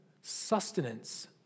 sustenance